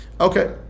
Okay